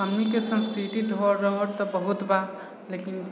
हमनीके सांस्कृतिक धरोहर तऽ बहुत बा लेकिन